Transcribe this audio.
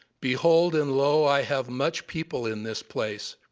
behold, and lo, i have much people in this place,